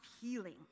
healing